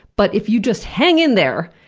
but if you just hang in there,